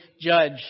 judge